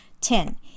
Ten